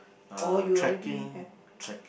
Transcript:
uh trekking trek